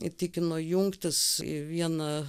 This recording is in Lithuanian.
įtikino jungtis į vieną